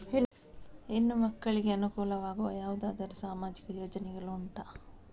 ಹೆಣ್ಣು ಮಕ್ಕಳಿಗೆ ಅನುಕೂಲವಾಗುವ ಯಾವುದಾದರೂ ಸಾಮಾಜಿಕ ಯೋಜನೆಗಳು ಉಂಟಾ?